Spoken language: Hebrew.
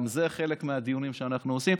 גם זה חלק מהדיונים שאנחנו עושים.